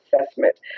assessment